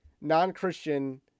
non-Christian